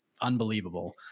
unbelievable